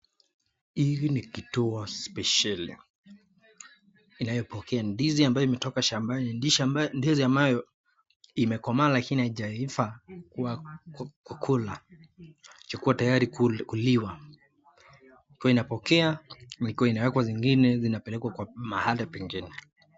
Hivi ni kituo spesieli inayopokea ndizi ambayo imetoka shambani, ndizi ambayo imekomaa lakini haijaiva kwa kukula tayari kuliwa, wanapokea huku ikiwekwa zingine kupelekwa mahali pengine.